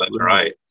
right